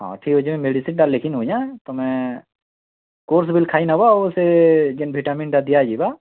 ହଁ ଠିକ୍ ଅଛି ମେଡ଼ିସିନଟା ଲେଖିନଉଛେ ଏଁ ତମେ କୋର୍ସ ଖାଇନବ ସେ ଯେନ୍ ଭିଟାମିନଟା ଦିଆଯିବ